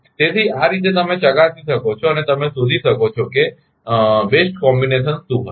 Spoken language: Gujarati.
તેથી આ રીતે તમે ચકાસી શકો છો અને તમે શોધી શકો છો કે શ્રેષ્ઠ સંયોજન શું હશે